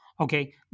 Okay